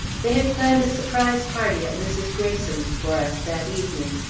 they had planned a surprise party at mrs. greyson's for us that evening,